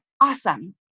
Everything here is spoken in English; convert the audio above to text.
awesome